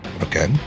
Okay